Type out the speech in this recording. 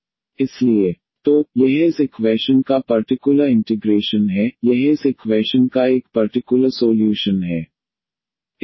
इसलिए 1D2D53 35 तो यह इस इक्वैशन का पर्टिकुलर इंटिग्रेशन है यह इस इक्वैशन का एक पर्टिकुलर सोल्यूशन है